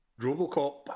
Robocop